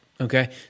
okay